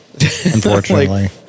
unfortunately